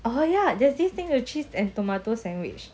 oh ya there's this thing with cheese and tomato sandwich